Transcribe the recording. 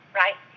right